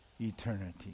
eternity